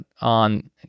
on